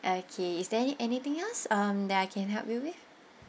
okay is there any anything else um that I can help you with